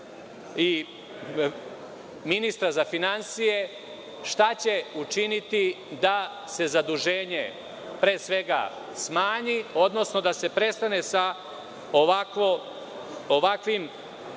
i ministra za finansije šta će učiniti da se zaduženje pre svega smanji, odnosno da se prestane sa ovakvim